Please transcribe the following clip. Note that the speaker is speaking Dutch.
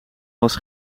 was